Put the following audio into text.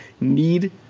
need